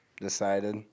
decided